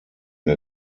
der